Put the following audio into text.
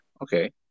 okay